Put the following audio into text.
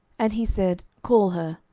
and he said, call her.